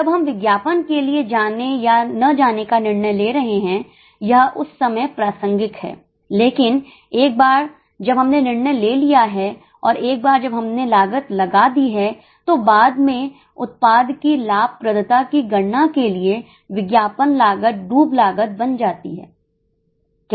जब हम विज्ञापन के लिए जाने या ना जाने का निर्णय ले रहे हैं यह उस समय प्रासंगिक है लेकिन एक बार जब हमने निर्णय ले लिया है और एक बार जब हमने लागत लगा दी है तो बाद में उत्पाद की लाभप्रदता की गणना के लिए विज्ञापन लागत डूब लागत बन जाती है क्या आप समझ रहे हैं